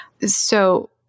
So-